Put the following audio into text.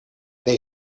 they